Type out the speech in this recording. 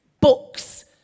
books